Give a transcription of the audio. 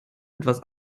etwas